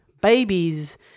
babies